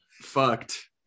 fucked